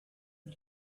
für